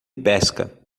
pesca